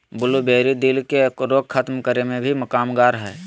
blueberry, दिल के रोग खत्म करे मे भी कामगार हय